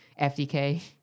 FDK